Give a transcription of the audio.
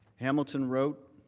hamilton wrote